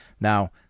Now